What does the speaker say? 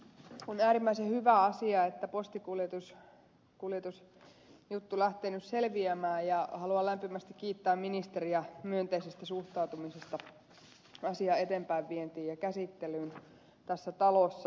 on äärimmäisen hyvä asia että postikuljetusjuttu lähtee nyt selviämään ja haluan lämpimästi kiittää ministeriä myönteisestä suhtautumisesta asian eteenpäinvientiin ja käsittelyyn tässä talossa